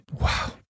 Wow